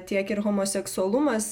tiek ir homoseksualumas